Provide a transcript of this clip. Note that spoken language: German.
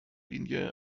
linie